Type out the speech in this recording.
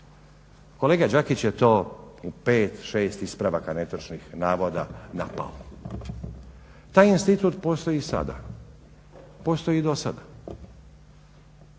Kolega Đakić je to u pet, šest ispravaka netočnih navoda napao. Taj institut postoji i sada, postoji i dosada.